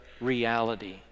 reality